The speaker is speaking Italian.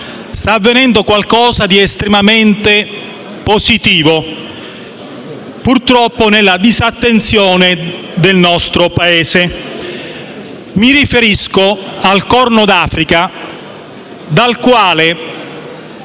sta avvenendo qualcosa di estremamente positivo, purtroppo nella disattenzione del nostro Paese. Mi riferisco al Corno d'Africa, da cui